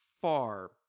far